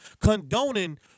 condoning